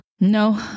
No